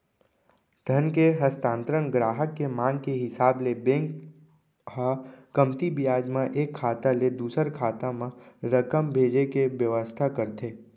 धन के हस्तांतरन गराहक के मांग के हिसाब ले बेंक ह कमती बियाज म एक खाता ले दूसर खाता म रकम भेजे के बेवस्था करथे